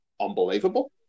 unbelievable